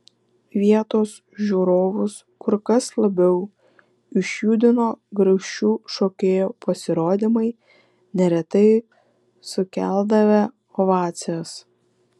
vietos žiūrovus kur kas labiau išjudino grakščių šokėjų pasirodymai neretai sukeldavę ovacijas